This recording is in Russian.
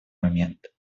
момент